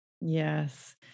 Yes